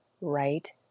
right